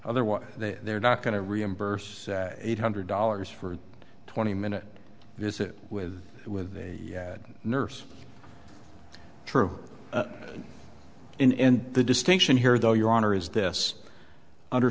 otherwise they're not going to reimburse eight hundred dollars for a twenty minute visit with with a nurse true and the distinction here though your honor is this under